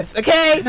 okay